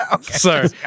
sorry